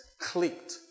clicked